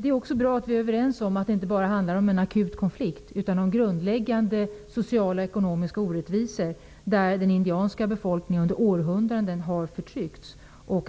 Det är också bra att vi är överens om att det inte bara handlar om en akut konflikt utan gäller grundläggande sociala och ekonomiska orättvisor, där den indianska befolkningen under århundraden har förtryckts.